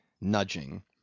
Nudging